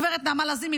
גב' נעמה לזימי,